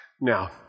Now